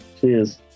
Cheers